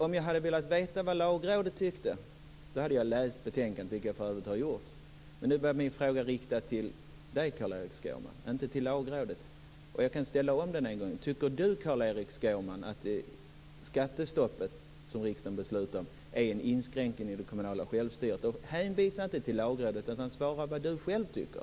Om jag hade velat veta vad Lagrådet tyckte, hade jag läst betänkandet, vilket jag för övrigt har gjort. Men nu var min fråga riktad till dig, Carl-Erik Skårman, och inte till Lagrådet. Jag kan ställa den en gång till: Tycker du, Carl-Erik Skårman att det skattestopp som riksdagen beslutade om är en inskränkning i det kommunala självstyret? Hänvisa nu inte till Lagrådet, utan säg vad du själv tycker!